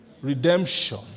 Redemption